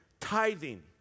Tithing